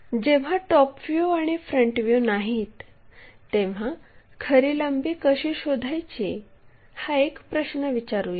जेव्हा top view आणि front view नाहीत तेव्हा खरी लांबी कशी शोधायची हा एक प्रश्न विचारूया